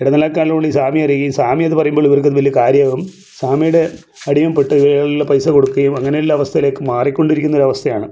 ഇടനിലക്കാരനിലൂടെ ഈ സ്വാമി അറിയുകയും സ്വാമി അത് പറയുമ്പം അവർക്കത് വലിയ കാര്യമാകും സ്വാമീടെ അടിമപ്പെട്ട് ഉള്ള പൈസ കൊടുക്കുകയും അങ്ങനെയുള്ള അവസ്ഥയിലേക്ക് മാറിക്കൊണ്ടിരിക്കുന്ന ഒരവസ്ഥയാണ്